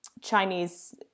Chinese